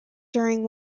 during